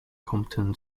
compton